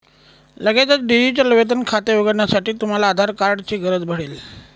लगेचच डिजिटल वेतन खाते उघडण्यासाठी, तुम्हाला आधार कार्ड ची गरज पडेल